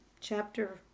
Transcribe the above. chapter